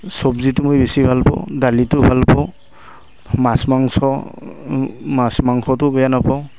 চব্জিটো মই বেছি ভাল পাওঁ দালিটো ভাল পাওঁ মাছ মাংস মাছ মাংসটো বেয়া নাপাওঁ